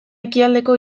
ekialdeko